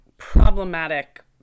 problematic